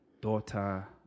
daughter